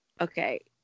okay